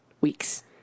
weeks